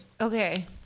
Okay